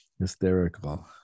Hysterical